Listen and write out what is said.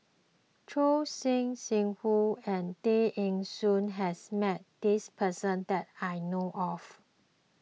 Choor Singh Sidhu and Tay Eng Soon has met this person that I know of